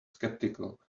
skeptical